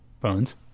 Bones